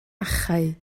achau